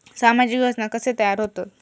सामाजिक योजना कसे तयार होतत?